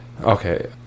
Okay